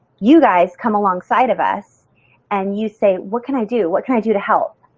you guys come alongside of us and you say what can i do? what can i do to help?